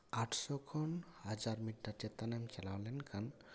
ᱟᱴᱥᱚ ᱠᱷᱚᱱ ᱦᱟᱡᱟᱨ ᱢᱤᱴᱟᱨ ᱪᱮᱛᱟᱱᱮᱢ ᱪᱟᱞᱟᱣ ᱞᱮᱱ ᱠᱷᱟᱱ